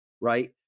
right